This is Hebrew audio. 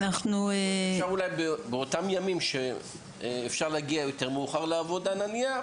אפשר אולי באותם ימים להגיע יותר מאוחר לעבודה נניח,